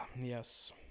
Yes